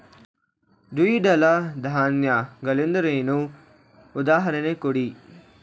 ದ್ವಿದಳ ಧಾನ್ಯ ಗಳೆಂದರೇನು, ಉದಾಹರಣೆ ಕೊಡಿ?